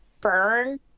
burn